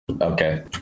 Okay